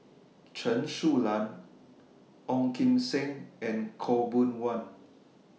Chen Su Lan Ong Kim Seng and Khaw Boon Wan